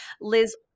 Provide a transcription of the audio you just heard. Liz